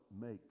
makes